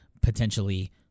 potentially